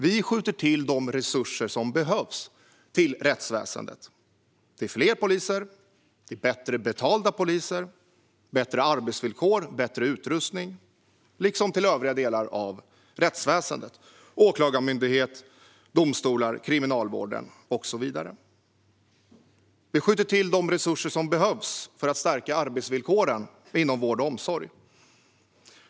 Vi skjuter till de resurser som behövs till Polismyndigheten - resurser till fler poliser, bättre betalda poliser, bättre arbetsvillkor och bättre utrustning - liksom till övriga delar av rättsväsendet: Åklagarmyndigheten, domstolarna, Kriminalvården och så vidare. Vi skjuter till de resurser som behövs för att stärka arbetsvillkoren inom vård och omsorg.